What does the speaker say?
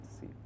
see